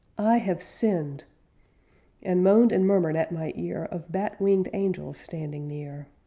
i have sinned and moaned and murmured at my ear of bat-winged angels standing near.